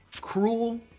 cruel